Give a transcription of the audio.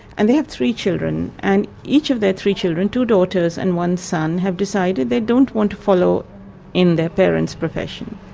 and they have three children, and each of their three children, two daughters and one son, have decided they don't want to follow in their parents' profession.